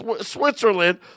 Switzerland